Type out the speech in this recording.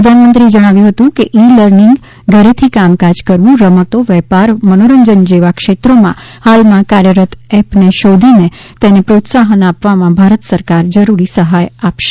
પ્રધાનમંત્રી જણાવ્યું હતું કે ઈ લર્નિંગ ઘરેથી કામકાજ કરવું રમતો વેપાર મનોરંજન જેવા ક્ષેત્રોમાં હાલમાં કાર્યરત એપને શોધી તેને પ્રોત્સાહન આપવામાં ભારત સરકાર જરૂરી સહાય આપશે